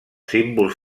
símbols